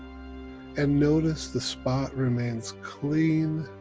and notice the spot remains clean,